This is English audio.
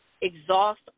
Exhaust